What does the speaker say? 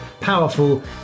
powerful